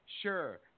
sure